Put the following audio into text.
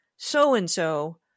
so-and-so